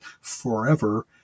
forever